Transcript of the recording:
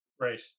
Right